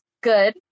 good